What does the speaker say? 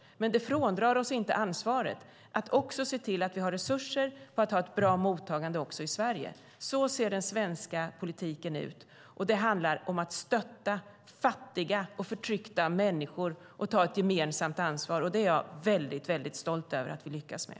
Men det fråndrar oss inte ansvaret att också se till att vi har resurser för ett bra mottagande i Sverige. Så ser den svenska politiken ut. Det handlar om att stötta fattiga och förtryckta människor och ta ett gemensamt ansvar. Det är jag väldigt stolt över att vi lyckas med.